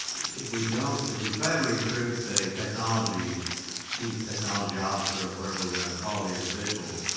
if we don't if we try to refer it the technology chief technology officer, whatever we're going to call the individual,